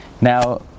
Now